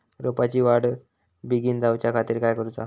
रोपाची वाढ बिगीन जाऊच्या खातीर काय करुचा?